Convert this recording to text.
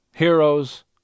Heroes